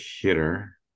hitter